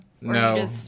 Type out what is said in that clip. No